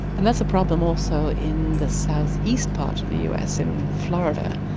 and that's a problem also in the south-east part of the us, in florida,